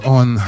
on